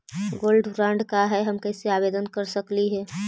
Gold bond का है, हम कैसे आवेदन कर सकली ही?